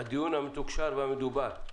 הדיון המתוקשר והמדובר,